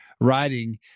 writing